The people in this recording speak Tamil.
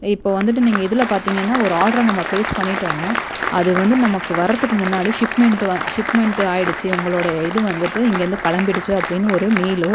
இப்போ வந்துட்டு நீங்கள் இதில் பார்த்தீங்கனா ஒரு ஆர்ட்ரை நம்ம ப்லேஸ் பண்ணிட்டோனா அது வந்து நமக்கு வர்கிறதுக்கு முன்னாடி ஷிப்மெண்ட் வ ஷிப்மெண்டு ஆகிடுச்சி உங்களோடய இது வந்துட்டு இங்கேருந்து கிளம்பிடுச்சி அப்படினு ஒரு மெயிலோ